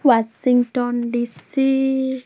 Washington DC